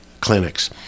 clinics